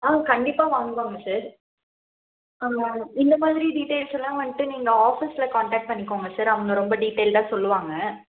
ஆ கண்டிப்பாக வாங்குவாங்க சார் ஆமாம் இந்த மாதிரி டீடைல்ஸ் எல்லாம் வந்துட்டு நீங்கள் ஆஃபீஸ்சில் காண்டாக்ட் பண்ணிக்கோங்க சார் அவங்க ரொம்ப டீடைல்ட்டாக சொல்லுவாங்க